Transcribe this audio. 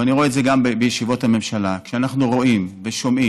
ואני רואה את זה גם בישיבות הממשלה: כשאנחנו רואים ושומעים